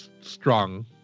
strong